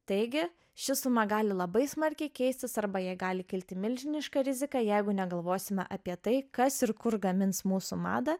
taigi ši suma gali labai smarkiai keistis arba jei gali kilti milžiniška rizika jeigu negalvosime apie tai kas ir kur gamins mūsų madą